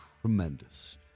tremendous